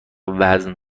وزن